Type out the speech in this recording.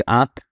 up